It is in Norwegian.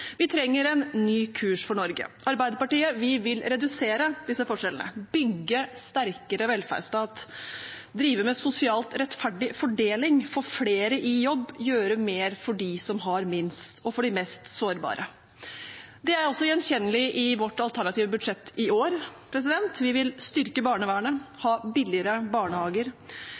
Vi trenger en ny kurs for Norge. Arbeiderpartiet vil redusere disse forskjellene, bygge en sterkere velferdsstat, drive med sosialt rettferdig fordeling, få flere i jobb, gjøre mer for dem som har minst, og for de mest sårbare. Det er også gjenkjennelig i vårt alternative budsjett i år. Vi vil styrke barnevernet, ha billigere barnehager,